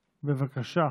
בבקשה.